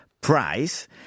price